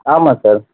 ஆமாம் சார்